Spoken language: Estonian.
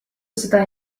seda